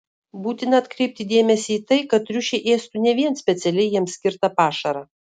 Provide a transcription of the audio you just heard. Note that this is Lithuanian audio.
būtina atkreipti dėmesį į tai kad triušiai ėstų ne vien specialiai jiems skirtą pašarą